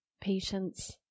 patience